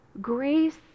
Grace